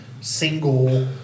single